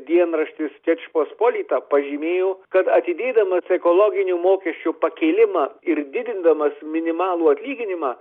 dienraštis žečpospolita pažymėjo kad atidėdamas ekologinių mokesčių pakėlimą ir didindamas minimalų atlyginimą